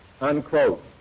unquote